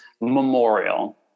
memorial